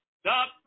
stop